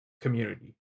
community